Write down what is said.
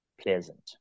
pleasant